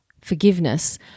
forgiveness